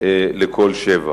לכל שבח.